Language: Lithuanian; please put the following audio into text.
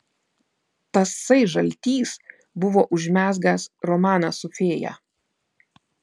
tasai žaltys buvo užmezgęs romaną su fėja